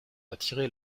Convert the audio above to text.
attirer